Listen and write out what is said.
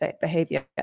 behavior